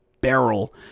barrel